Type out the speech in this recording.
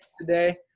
today